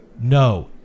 No